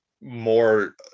more